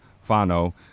Fano